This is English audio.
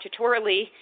statutorily